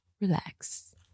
relax